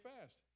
fast